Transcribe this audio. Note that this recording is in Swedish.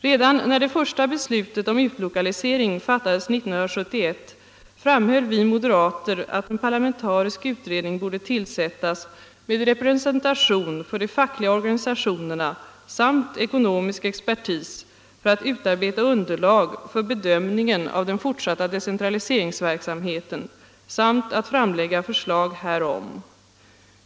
Redan när det första beslutet om utlokalisering fattades 1971, framhöll vi moderater att en parlamentarisk utredning borde tillsättas med representation för de fackliga organisationerna samt ekonomisk expertis för att utarbeta underlag för bedömningen av den fortsatta decentraliseringsverksamheten samt framlägga förslag härom.